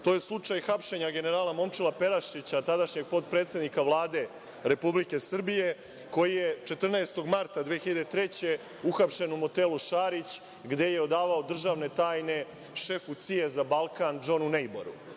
To je slučaj hapšenja generala Momčila Perišića, tadašnjeg potpredsednika Vlade Republike Srbije, koji je 14. marta 2003. godine uhapšen u „Motelu Šarić“, gde je odavao državne tajne šefu CIA Džonu Nejboru.